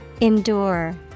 Endure